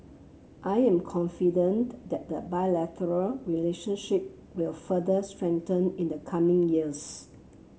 I am confident that the bilateral relationship will further strengthen in the coming years